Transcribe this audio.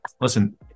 listen